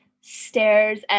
stares